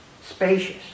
spacious